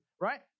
right